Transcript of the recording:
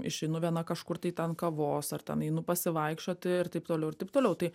išeinu viena kažkur tai ten kavos ar ten einu pasivaikščioti ir taip toliau ir taip toliau tai